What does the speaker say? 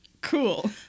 Cool